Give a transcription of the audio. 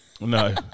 No